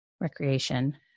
recreation